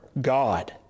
God